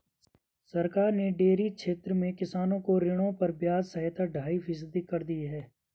सरकार ने डेयरी क्षेत्र में किसानों को ऋणों पर ब्याज सहायता ढाई फीसदी कर दी है